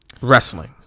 wrestling